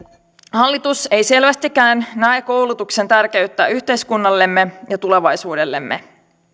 hallitus ei selvästikään näe koulutuksen tärkeyttä yhteiskunnallemme ja tulevaisuudellemme